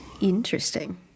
Interesting